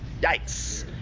Yikes